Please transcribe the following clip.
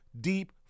deep